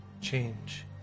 Change